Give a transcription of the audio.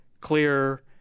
clear